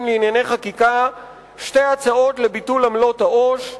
לענייני חקיקה שתי הצעות לביטול עמלות העו"ש.